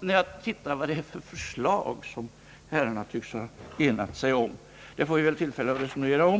när jag tittar på de förslag herrarna tycks ha enats om och som vi väl får tillfälle att resonera om.